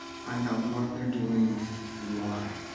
find out what they're doing and why.